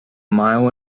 mile